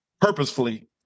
purposefully